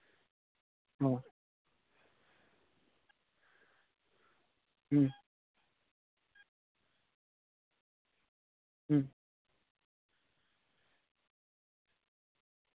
ᱚ ᱦᱩᱸ ᱦᱩᱸ